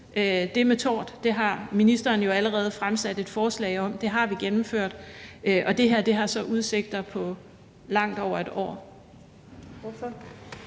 Det med tort har ministeren jo allerede fremsat et forslag om. Det har vi gennemført. Og det her har så udsigter på langt over et år.